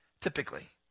typically